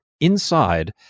inside